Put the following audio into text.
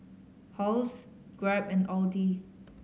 Halls Grab and Audi